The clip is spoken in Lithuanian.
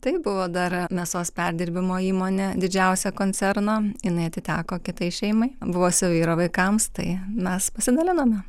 taip buvo dar mėsos perdirbimo įmonė didžiausia koncerno jinai atiteko kitai šeimai buvusio vyro vaikams tai mes pasidalinome